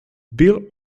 bill